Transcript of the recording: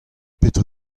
petra